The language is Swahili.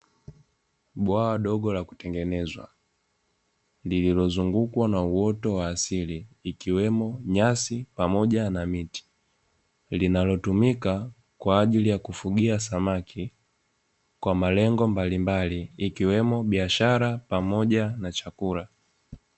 Bwawa dogo la kutengenezwa. Lililozungukwa na uoto wa asili ikiwemo nyasi pamoja na miti linalotumika kwa ajili ya kufugia samaki, kwa malengo mbalimbali ikiwemo biashara pamoja na chakula.